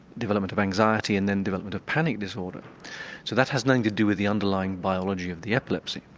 development of anxiety and then development of panic disorder. so that has nothing to do with the underlying biology of the epilepsy.